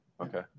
Okay